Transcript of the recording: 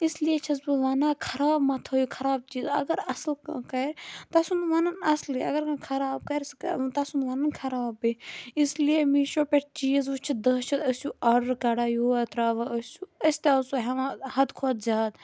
اس لیے چھَس بہٕ وَنان خراب ما تھٲیِو خراب چیٖز اگر اصٕل کانٛہہ کَرِ تَس سُنٛد وَنُن اَصلٕے اگر کانٛہہ خراب کَرِ سُہ کَرِ تَس سُنٛد وَنُن خرابٕے اس لیے میٖشو پٮ۪ٹھ چیٖز وٕچھِتھ ٲسیوٗ آرڈَر کڑان یور ترٛاوان ٲسیوٗ أسۍ تہِ آسو ہٮ۪وان حدٕ کھۄتہٕ زیادٕ